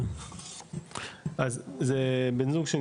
אז זה בן זוג,